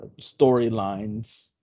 storylines